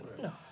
No